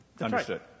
Understood